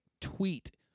tweet